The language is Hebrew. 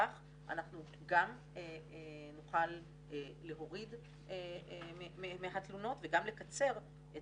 כך אנחנו גם נוכל להוריד מהתלונות וגם לקצר את